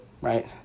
right